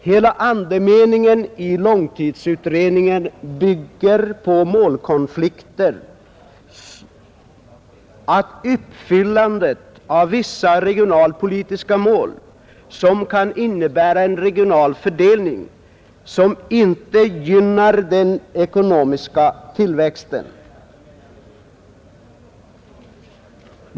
Hela andemeningen i långtidsutredningen bygger på målkonflikten att uppfyllandet av vissa regionalpolitiska mål, som kan innebära en regional fördelning, inte gynnar den ekonomiska tillväxten.